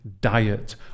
diet